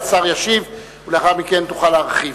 השר ישיב, ולאחר מכן תוכל להרחיב.